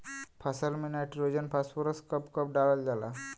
फसल में nitrogen phosphorus कब कब डालल जाला?